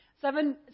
Seven